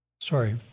sorry